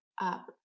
up